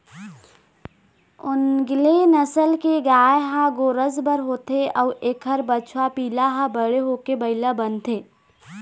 ओन्गेले नसल के गाय ह गोरस बर होथे अउ एखर बछवा पिला ह बड़े होके बइला बनथे